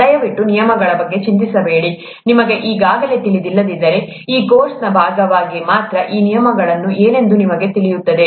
ದಯವಿಟ್ಟು ನಿಯಮಗಳ ಬಗ್ಗೆ ಚಿಂತಿಸಬೇಡಿ ನಿಮಗೆ ಈಗಾಗಲೇ ತಿಳಿದಿಲ್ಲದಿದ್ದರೆ ಈ ಕೋರ್ಸ್ನ ಭಾಗವಾಗಿ ಮಾತ್ರ ಆ ನಿಯಮಗಳು ಏನೆಂದು ನಿಮಗೆ ತಿಳಿಯುತ್ತದೆ